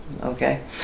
Okay